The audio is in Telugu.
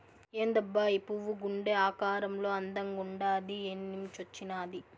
ఏందబ్బా ఈ పువ్వు గుండె ఆకారంలో అందంగుండాది ఏన్నించొచ్చినాది